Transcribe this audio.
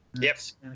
Yes